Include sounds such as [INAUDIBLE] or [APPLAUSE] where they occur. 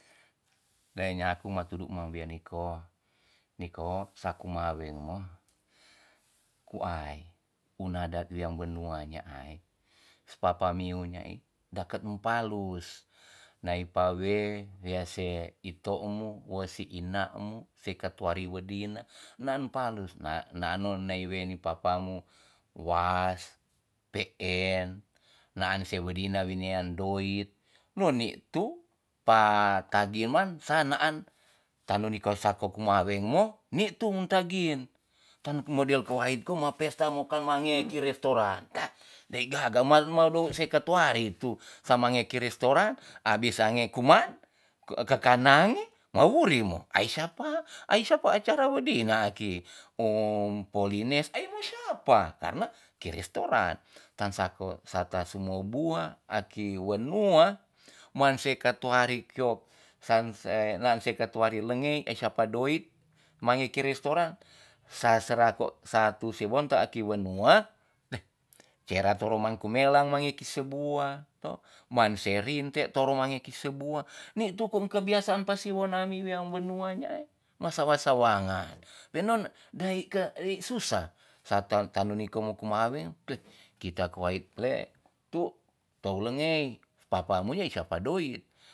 Ne nyaku matudu ma wia niko niko saku mawe mo ku ai u adat wean banua nya ai papa miu nyaai daket mapalus nae pawe wea se i tou mu wo se ina mu se ketua rewedina naan mapalus na naan o weni papa mu was pe'en naan se wedina winean doit nuni tu pakagiman sa naan tanu niko sako kuma wemo ni tu muntagin kan model koai ko ma pesta mokan mange ki restoran [NOISE] dae gaga ma ma dong se katuari tu sa mange ki restoran abis sange kuman kekanange mawuri mo ai-sapa ai sapa acara medeni aki om polines ai mo sapa karna pake restoran tan sako sarta sumo bua aki wenua man se katuari kio san se naan se katuari lengei e sapa doit mange ke restoran sa sera ko sa tu sewonta aki wenua sera toro man kumelang mange ki sebua to man se rinte toro mangi ki sebua ni tu tong pe kebiasaan pa siwon nami wenua nyaai masawa sawangan we non dae ke ri susa sarta tanu niko mo kemaweng kita kua tleh tou lengei papa mu e sapa doit